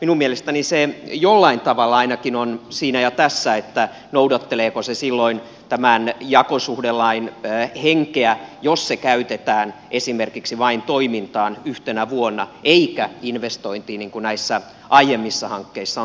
minun mielestäni se jollain tavalla ainakin on siinä ja tässä noudatteleeko se silloin tämän jakosuhdelain henkeä jos se käytetään esimerkiksi vain toimintaan yhtenä vuonna eikä investointiin niin kuin näissä aiemmissa hankkeissa on